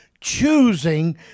choosing